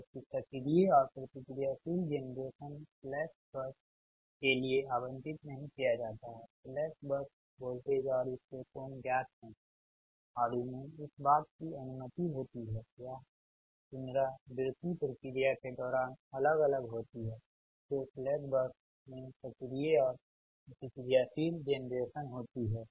जबकि सक्रिय और प्रतिक्रियाशील जेनरेशन स्लैक बस के लिए आवंटित नहीं किया जाता है स्लैक बस वोल्टेज और इसके कोण ज्ञात है और इन्हें इस बात की अनुमति होती है या पुनरावृत्ति प्रक्रिया के दौरान अलग अलग होती है जो स्लैक बस में सक्रिय और प्रतिक्रियाशील जेनरेशन होती हैं